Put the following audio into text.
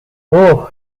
اُه